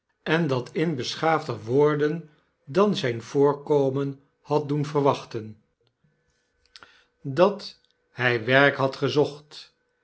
en dat in beschaafder woorden dan zyn voorkomen had doen verwachten dat hy werk had gezocht